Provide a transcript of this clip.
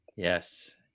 Yes